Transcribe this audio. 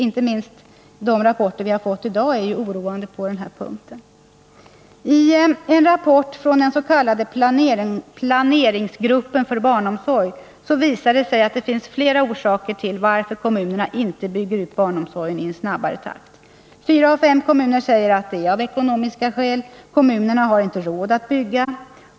Inte minst de rapporter vi har fått i dag är oroande på den här punkten. I en rapport från den s.k. planeringsgruppen för barnomsorg visar det sig att det finns fler orsaker till att kommunerna inte bygger ut barnomsorgen i snabbare takt. Fyra av fem kommuner säger att det är av ekonomiska skäl. Kommunerna har inte råd att bygga.